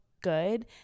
good